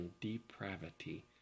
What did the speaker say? depravity